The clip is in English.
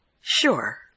Sure